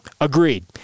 agreed